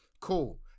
Cool